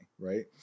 right